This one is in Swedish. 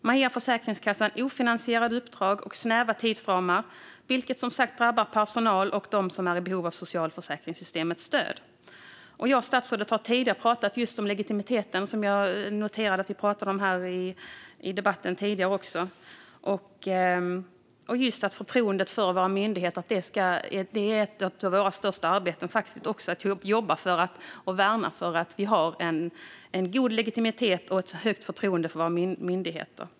Man ger Försäkringskassan ofinansierade uppdrag och snäva tidsramar, vilket som sagt drabbar både personal och dem som är i behov av socialförsäkringssystemets stöd. Jag och statsrådet har tidigare pratat om legitimiteten, vilket jag noterade att det talades om tidigare i debatten också, och att ett av våra största arbeten är att värna att vi har en god legitimitet och ett högt förtroende för våra myndigheter.